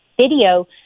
video